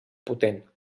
potent